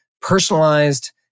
personalized